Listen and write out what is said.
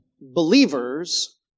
believers